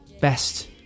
best